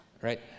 right